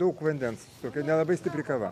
daug vandens tokia nelabai stipri kava